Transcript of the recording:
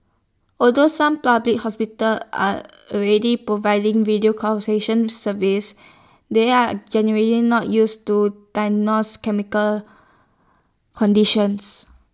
although some public hospitals are already providing video consultation services they are generally not used to diagnose chemical conditions